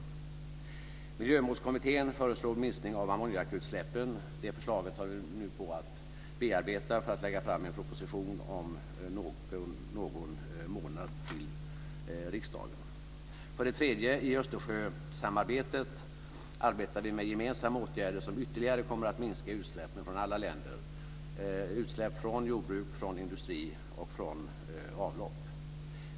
Miljömålskommittén föreslog för det andra minskning av ammoniakutsläppen. Det förslaget håller vi nu på att bearbeta för att kunna lägga fram en proposition om någon månad till riksdagen. För det tredje arbetar vi i Östersjösamarbetet med gemensamma åtgärder som ytterligare kommer att minska utsläppen från alla länder - utsläpp från jordbruk, från industri och från avlopp.